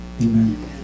Amen